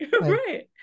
Right